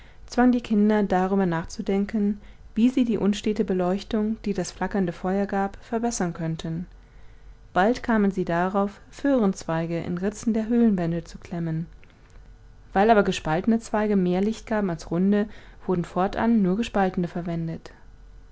zwang die kinder darüber nachzudenken wie sie die unstete beleuchtung die das flackernde feuer gab verbessern könnten bald kamen sie darauf föhrenzweige in ritzen der höhlenwände zu klemmen weil aber gespaltene zweige mehr licht gaben als runde wurden fortan nur gespaltene verwendet